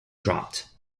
dropped